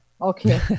okay